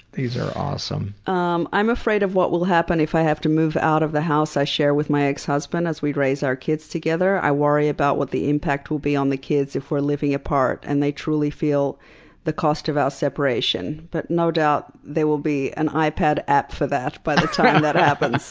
these are awesome. um i'm afraid of what will happen if i have to move out of the house i share with my ex-husband as we raise our kids together. i worry about what the impact will be on the kids if we're living apart and they truly feel the cost of our separation. but no doubt, there will be an ipad app for that by the time that happens.